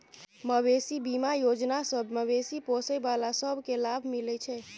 मबेशी बीमा योजना सँ मबेशी पोसय बला सब केँ लाभ मिलइ छै